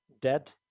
dead